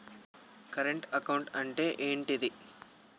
Current account అంటే ఏంటిది?